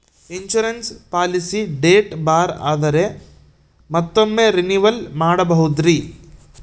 Insurance policy date ಬಾರ್ ಆದರೆ ಮತ್ತೊಮ್ಮೆ ರಿನಿವಲ್ ಮಾಡಬಹುದ್ರಿ?